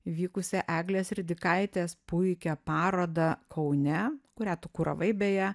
įvykusią eglės ridikaitės puikią parodą kaune kurią tu kuravai beje